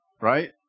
Right